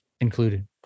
included